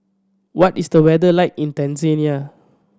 what is the weather like in Tanzania